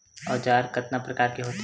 औजार कतना प्रकार के होथे?